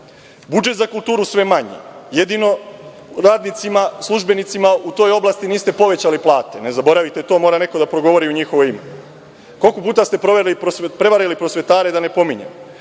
za kulturu je sve manji, jedino radnicima, službenicima u toj oblasti niste povećali plate, ne zaboravite, to mora neko da progovori u njihovo ime. Koliko puta ste prevarili prosvetare da ne pominjem.